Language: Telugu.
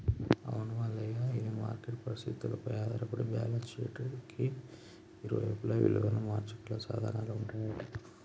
అవును మల్లయ్య ఇది మార్కెట్ పరిస్థితులపై ఆధారపడి బ్యాలెన్స్ షీట్ కి ఇరువైపులా విలువను మార్చగల సాధనాలు ఉంటాయంట